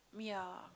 ya